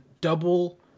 double